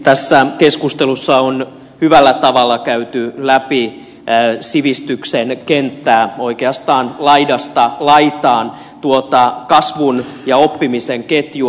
tässä keskustelussa on hyvällä tavalla käyty läpi sivistyksen kenttää oikeastaan laidasta laitaan tuota kasvun ja oppimisen ketjua